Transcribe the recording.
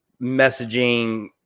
messaging